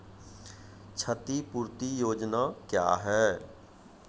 क्षतिपूरती योजना क्या हैं?